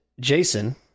Jason